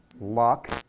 luck